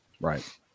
Right